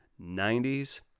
90s